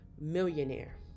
millionaire